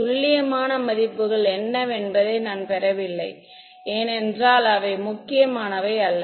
துல்லியமான மதிப்புகள் என்னவென்பதை நான் பெறவில்லை ஏனென்றால் அவை முக்கியமானவை அல்ல